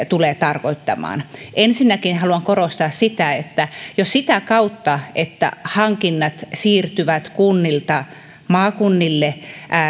tulee tarkoittamaan ensinnäkin haluan korostaa sitä että jo sitä kautta että hankinnat siirtyvät kunnilta maakunnille